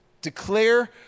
Declare